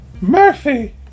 Murphy